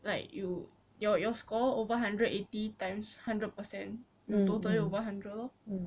like you your your score over hundred eighty times hundred percent you total it over hundred lor